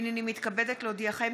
הינני מתכבדת להודיעכם,